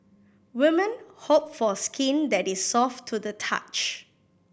women hope for skin that is soft to the touch